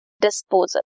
disposal